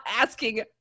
asking